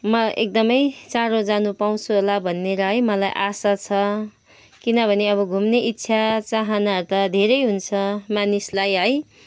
म एकदमै चाँडो जानु पाउँछु होला भनेर है मलाई आशा छ किनभने अब घुम्ने इच्छा चाहनाहरू त धेरै हुन्छ मानिसलाई है